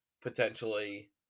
potentially